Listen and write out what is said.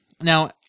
Now